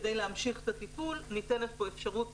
כדי להמשיך את הטיפול ניתנת פה אפשרות